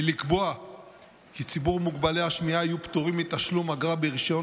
היא לקבוע כי ציבור מוגבלי השמיעה יהיו פטורים מתשלום אגרה ברישיון